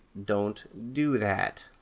don't do that.